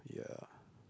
yeah